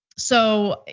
so,